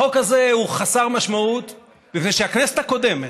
החוק הזה חסר משמעות מפני שהכנסת הקודמת,